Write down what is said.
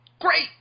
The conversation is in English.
great